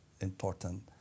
important